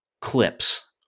clips